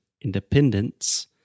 independence